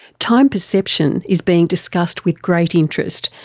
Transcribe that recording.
time perception is being discussed with great interest,